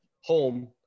home